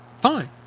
Fine